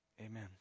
amen